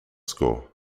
score